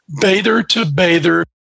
bather-to-bather